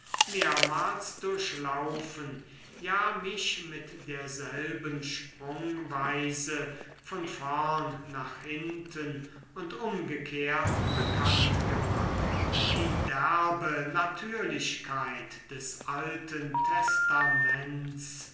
durchlaufen ja mich mit derselben sprungweise von vorn nach hinten und umgekehrt bekannt gemacht die derbe natürlichkeit des alten testaments